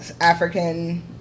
african